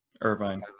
Irvine